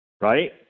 Right